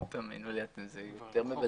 כל ההצעוןת שלכם, יותר מבלבלות.